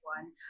one